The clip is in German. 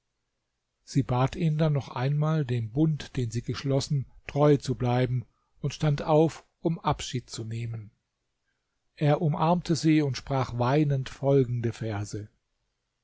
sie bat ihn dann noch einmal dem bund den sie geschlossen treu zu bleiben und stand auf um abschied zu nehmen er umarmte sie und sprach weinend folgende verse